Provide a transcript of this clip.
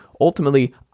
ultimately